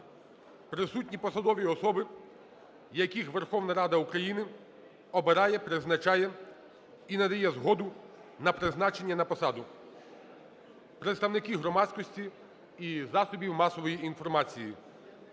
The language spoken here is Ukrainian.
присутні посадові особи, яких Верховна Рада України обирає, призначає і надає згоду на призначення на посаду, представники громадськості і засобів масової інформації,